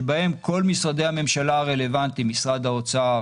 שבהם כל משרדי הממשלה הרלוונטיים: משרד האוצר,